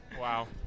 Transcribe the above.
Wow